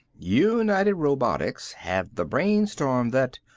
united robotics have the brainstorm that.